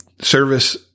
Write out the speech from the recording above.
service